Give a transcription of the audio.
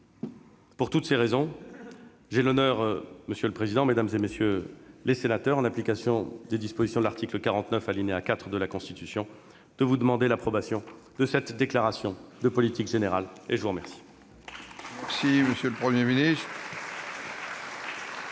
Pour toutes ces raisons, j'ai l'honneur, monsieur le président, mesdames, messieurs les sénateurs, en application des dispositions de l'article 49, alinéa 4, de la Constitution, de vous demander l'approbation de cette déclaration de politique générale. Nous en venons aux orateurs des